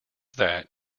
that